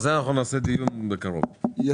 יכול להיות שזה כבר מעבר למכסה, אתה לא יודע.